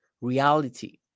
reality